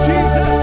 Jesus